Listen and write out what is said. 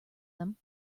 them